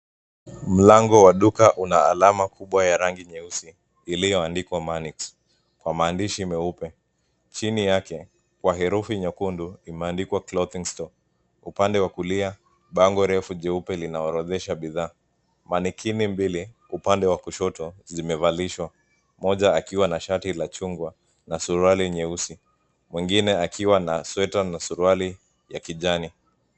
Mlango wa duka una alama kubwa ya rangi nyeusi iliyoandikwa Manix kwa maandishi meupe. Chini yake kwa herufi nyekundu, imeandikwa clothing store . Upande wa kulia, bango refu jeupe linaorodhesha bidhaa. Manikini mbili upande wa kushoto zimevalishwa. Mmoja akiwa na shati la chungwa na suruali nyeusi, mwengine akiwa na sweta na suruali ya kijani.